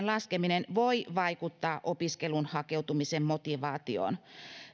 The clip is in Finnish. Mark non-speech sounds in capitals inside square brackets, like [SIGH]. [UNINTELLIGIBLE] laskeminen voi vaikuttaa opiskeluun hakeutumisen motivaatioon